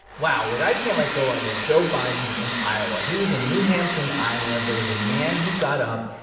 wow. what i can't let go of is joe biden in iowa. he was in new hampton, iowa. there was a man who got up,